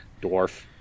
dwarf